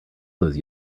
those